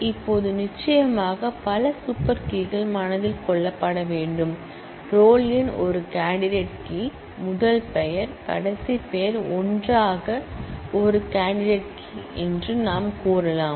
இப்போது நிச்சயமாக பல சூப்பர் கீ கள் மனதில் கொள்ளப்பட வேண்டும் ரோல் எண் ஒரு கேண்டிடேட் கீ முதல் பெயர் கடைசி பெயர் ஒன்றாக கேண்டிடேட் கீ என்று நாம் கூறலாம்